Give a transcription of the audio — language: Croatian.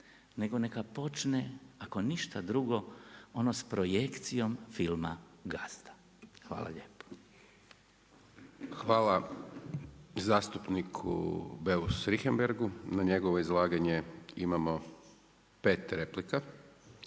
nego neka počne, ako ništa drugo ono s projekcijom filma „Gazda“. Hvala lijepo. **Hajdaš Dončić, Siniša (SDP)** Hvala zastupniku Beus Richemberghu. Na njegovo izlaganje imamo pet replika.